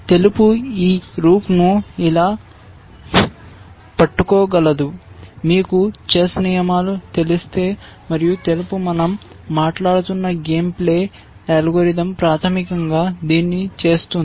తెలుపు ఈ రూక్ను ఇలా పట్టుకోగలదు మీకు చెస్ నియమాలు తెలిస్తే మరియు తెలుపు మన০ మాట్లాడుతున్న గేమ్ ప్లే అల్గోరిథం ప్రాథమికంగా దీన్ని చేస్తుంది